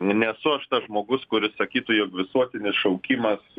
nesu aš tas žmogus kuris sakytų jog visuotinis šaukimas